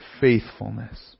faithfulness